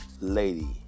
lady